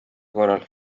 korral